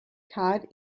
cod